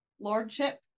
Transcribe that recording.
lordship